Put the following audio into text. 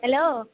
hello